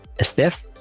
Steph